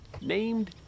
named